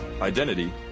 identity